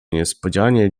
niespodzianie